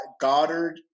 Goddard